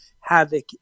havoc